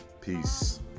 Peace